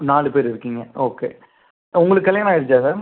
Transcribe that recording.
நாலு பேரு இருக்கீங்கள் ஓகே உங்களுக்கு கல்யாணம் ஆகிடுச்சா சார்